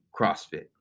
CrossFit